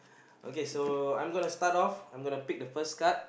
okay so I'm gonna start off I'm gonna pick the first card